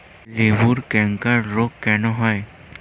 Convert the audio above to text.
লেবুর ক্যাংকার রোগ কেন হয়?